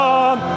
on